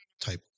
type